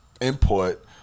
input